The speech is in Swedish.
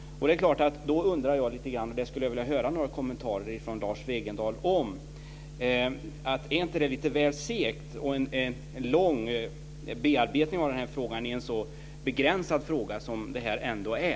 Jag skulle vilja höra några kommentarer från Lars Wegendal om det: Är inte det en lite väl lång och seg bearbetning av en så begränsad fråga som detta ändå är?